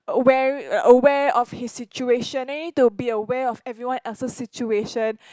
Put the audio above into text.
aware aware of his situation need to be aware of everyone else's situation